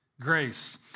Grace